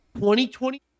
2020